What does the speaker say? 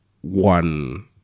one